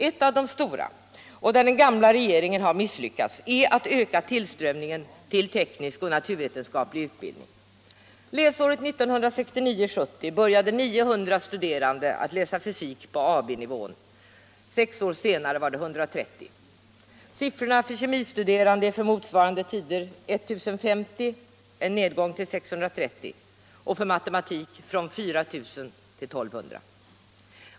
Ett av de stora och där den gamla regeringen har misslyckats är att öka tillströmningen till teknisk och naturvetenskaplig utbildning. Läsåret 1969/70 började 900 studerande att läsa fysik på AB-nivån. Sex år senare var det 130. Siffrorna för kemistuderande för motsvarande tider visar en nedgång från 1 050 till 650 och för matematik från 4 000 till 1 200.